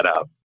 up